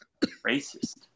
racist